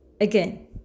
Again